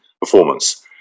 performance